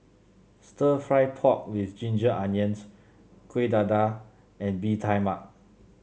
stir fry pork with Ginger Onions Kuih Dadar and Bee Tai Mak